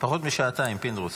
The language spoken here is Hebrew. פחות משעתיים, פינדרוס.